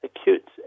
acute